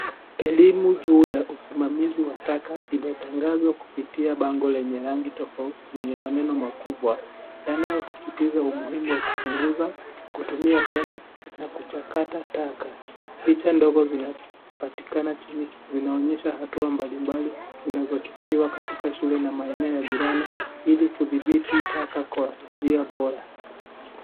Elimu juu ya usimamizi taka imetangazwa kupitia bango lenye rangi tofauti zenye maneno makubwa. Yanayosisitiza umuhimu wa kupunguza kutumia tena na kuchakata taka. Picha ndogo zinapatikana chini zinaonyesha hatua mbalimbali zinazochukuliwa katika shule na maeneo ya jirani ili kudhibiti taka kwa njia bora.